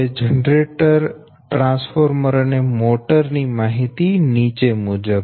generator transformer અને motor ની માહિતી નીચે મુજબ છે